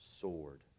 sword